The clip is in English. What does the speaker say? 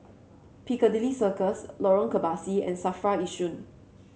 Piccadilly Circus Lorong Kebasi and Safra Yishun